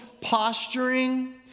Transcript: posturing